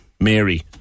Mary